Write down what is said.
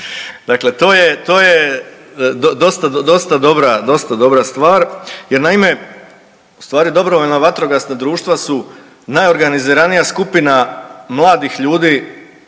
dosta dobra, dosta dobra stvar jer naime u stvari dobrovoljna vatrogasna društva su najorganiziranija skupina mladih ljudi